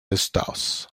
eustace